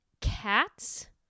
Cats